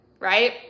right